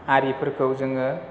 आरिफोरखौ जोङो